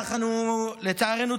לצערנו,